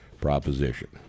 proposition